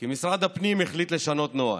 כי משרד הפנים החליט לשנות נוהל.